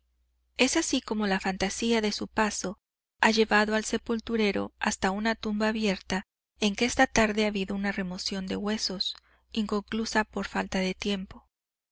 es así como la fantasía de su paso ha llevado al sepulturero hasta una tumba abierta en que esa tarde ha habido remoción de huesos inconclusa por falta de tiempo